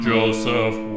Joseph